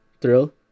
thrill